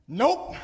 nope